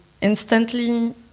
instantly